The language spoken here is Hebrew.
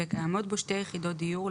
וקיימות בו שתי יחידות דיור,